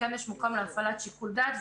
וכן יש מקום להפעלת שיקול דעת,